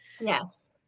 yes